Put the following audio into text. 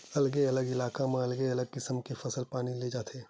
अलगे अलगे इलाका म अलगे अलगे किसम के फसल पानी ले जाथे